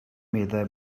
meddai